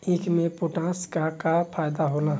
ईख मे पोटास के का फायदा होला?